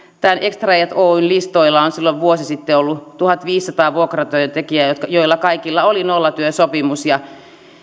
tämän extraajat oyn listoilla on silloin vuosi sitten ollut tuhatviisisataa vuokratyöntekijää joilla kaikilla oli nollatyösopimus ja